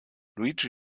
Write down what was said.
luigi